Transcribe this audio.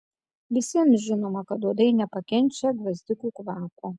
visiems žinoma kad uodai nepakenčia gvazdikų kvapo